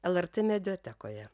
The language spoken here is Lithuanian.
lrt mediatekoje